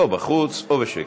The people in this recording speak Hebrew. או בחוץ, או בשקט.